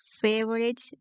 favorite